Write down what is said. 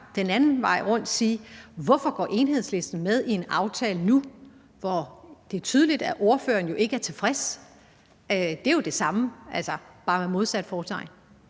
den anden vej rundt spørge: Hvorfor går Enhedslisten nu med i en aftale, hvor det er tydeligt, at ordføreren ikke er tilfreds? Det er jo det samme, altså bare med modsat fortegn.